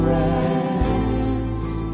rest